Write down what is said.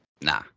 Nah